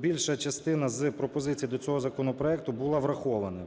Більша частина з пропозицій до цього законопроекту була врахована.